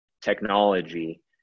technology